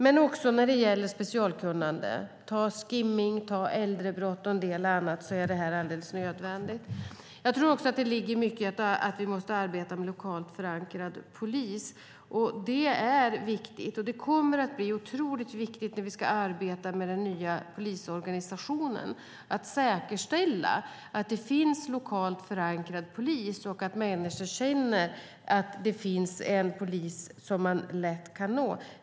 Det kan behövas specialkunnande i fråga om skimning, äldrebrott och så vidare. Då kan det vara helt nödvändigt med flexibla resurser. Vi måste också arbeta med lokalt förankrad polis. Det är viktigt - och det kommer att bli otroligt viktigt när vi ska arbeta med den nya polisorganisationen - att säkerställa att det finns lokalt förankrad polis och att människor känner att det finns en polis som man lätt kan nå.